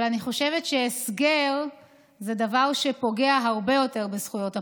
אבל אני חושבת שהסגר זה דבר שפוגע הרבה יותר בזכויות הפרט.